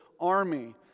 army